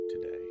today